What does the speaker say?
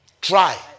Try